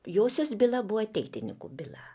josios byla buvo ateitininkų byla